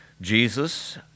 Jesus